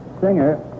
Singer